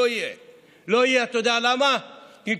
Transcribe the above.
אתה יודע למה לא יהיו?